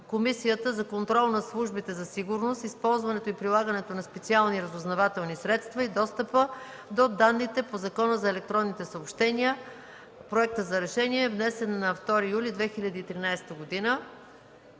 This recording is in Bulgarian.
Комисията за контрол над службите за сигурност, използването и прилагането на специалните разузнавателни средства и достъпа до данните по Закона за електронните съобщения. Вносител е Димитър Дъбов.